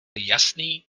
jasný